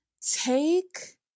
Take